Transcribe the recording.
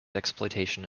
exploitation